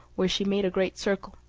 where she made a great circle,